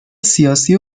سیاسی